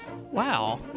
Wow